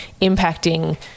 impacting